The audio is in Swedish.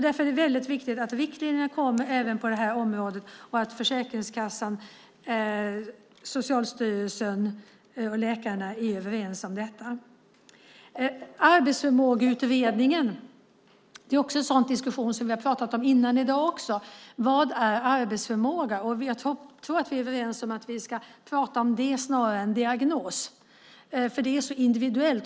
Därför är det väldigt viktigt att riktlinjerna kommer även på det här området och att Försäkringskassan, Socialstyrelsen och läkarna är överens om detta. En fråga som vi också har diskuterat i dag är vad arbetsförmåga är. Jag tror att vi är överens om att vi ska prata om det snarare än om diagnos, för det är så individuellt.